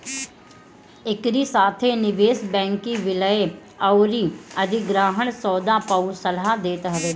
एकरी साथे निवेश बैंकिंग विलय अउरी अधिग्रहण सौदा पअ सलाह देत हवे